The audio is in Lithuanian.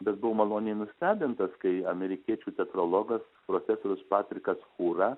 bet buvau maloniai nustebintas kai amerikiečių teatrologas profesorius patrikas chura